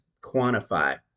quantify